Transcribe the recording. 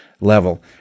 level